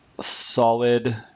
Solid